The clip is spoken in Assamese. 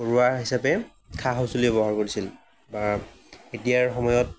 ঘৰুৱা হিচাপে সা সঁজুলি ব্যৱহাৰ কৰিছিল বা এতিয়াৰ সময়ত